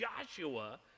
Joshua